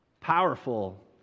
powerful